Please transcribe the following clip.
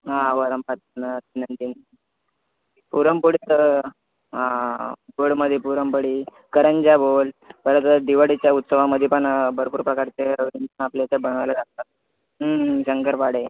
हां पुरणपोळीचं गोडमध्ये पुरणपोळी करंज्या बोल परत दिवाळीच्या उत्सवामध्ये पण भरपूर प्रकारचे आपल्या इथे बनवायला लागतात शंकरपाळे